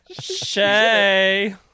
Shay